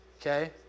okay